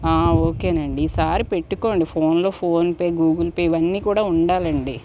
okay నండి ఈ సారి పెట్టుకోండి ఫోన్లో ఫోన్పే గూగుల్పే ఇవన్నీ కూడా ఉండాలండి